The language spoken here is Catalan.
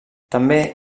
també